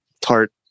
tart